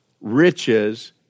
riches